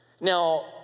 now